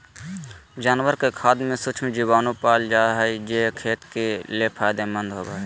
जानवर के खाद में सूक्ष्म जीवाणु पाल जा हइ, जे कि खेत ले फायदेमंद होबो हइ